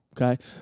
okay